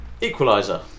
Equalizer